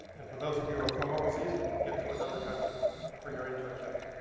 and for those of you who are from overseas, get to another country for your internships.